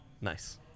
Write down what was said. nice